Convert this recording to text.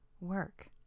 work